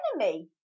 enemy